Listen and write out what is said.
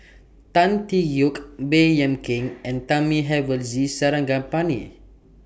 Tan Tee Yoke Baey Yam Keng and Thamizhavel G Sarangapani